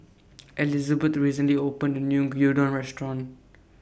Elizbeth recently opened A New Gyudon Restaurant